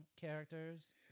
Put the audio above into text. characters